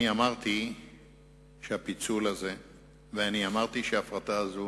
אמרתי שהפיצול הזה וההפרטה הזאת